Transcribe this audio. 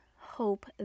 hope